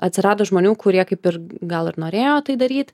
atsirado žmonių kurie kaip ir gal ir norėjo tai daryt